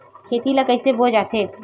खेती ला कइसे बोय जाथे?